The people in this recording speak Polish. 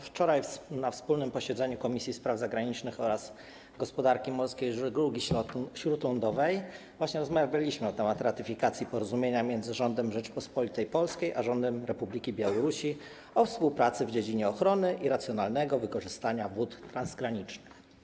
Wczoraj na wspólnym posiedzeniu Komisji Spraw Zagranicznych oraz Komisji Gospodarki Morskiej i Żeglugi Śródlądowej rozmawialiśmy właśnie na temat ratyfikacji porozumienia między rządem Rzeczypospolitej Polskiej a rządem Republiki Białorusi o współpracy w dziedzinie ochrony i racjonalnego wykorzystania wód transgranicznych.